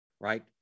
right